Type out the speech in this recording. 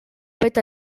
fet